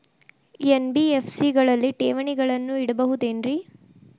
NBFC ಗಳಲ್ಲಿ ಠೇವಣಿಗಳನ್ನು ಇಡಬಹುದೇನ್ರಿ?